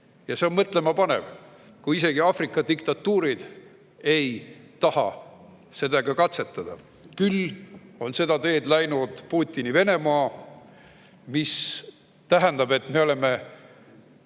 See on mõtlema panev, kui isegi Aafrika diktatuurid ei taha sellega katsetada. Küll on seda teed läinud Putini Venemaa, mis tähendab, et me oleme